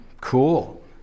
Cool